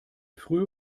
frühe